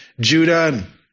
Judah